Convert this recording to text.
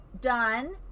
done